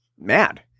mad